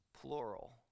Plural